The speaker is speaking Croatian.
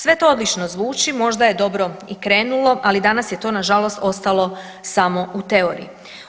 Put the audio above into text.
Sve to odlično zvuči, možda je dobro i krenulo ali danas je to nažalost ostalo samo u teoriji.